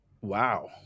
Wow